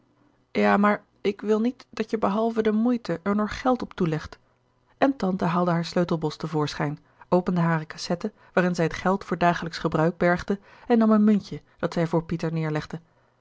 ja maar ik wil niet dat je behalve de moeite er nog geld op toelegt en tante haalde haar sleutelbos te voorschijn opende hare kassette waarin zij het geld voor dagelijksch gebruik bergde en nam een muntje dat zij voor pieter neerlegde